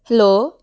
hello